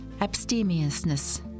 Abstemiousness